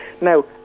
Now